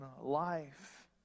life